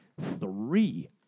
three